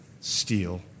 steal